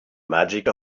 magic